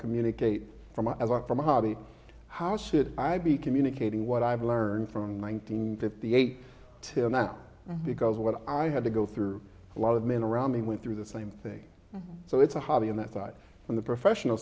communicate from a as i from a hobby how should i be communicating what i've learned from one thousand nine hundred fifty eight till now because what i had to go through a lot of men around me went through the same thing so it's a hobby on that side from the professional